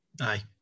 Aye